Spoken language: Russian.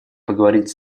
поговорить